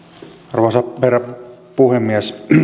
arvoisa herra puhemies